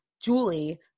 Julie